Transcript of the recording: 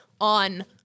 on